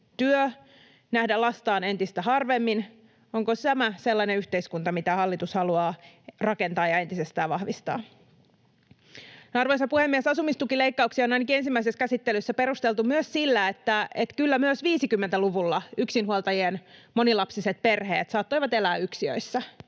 työ, nähdä lastaan entistä harvemmin. Onko tämä sellainen yhteiskunta, mitä hallitus haluaa rakentaa ja entisestään vahvistaa? Arvoisa puhemies! Asumistukileikkauksia on ainakin ensimmäisessä käsittelyssä perusteltu myös sillä, että kyllä myös 50-luvulla yksinhuoltajien monilapsiset perheet saattoivat elää yksiöissä.